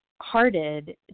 hearted